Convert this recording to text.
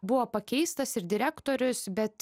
buvo pakeistas ir direktorius bet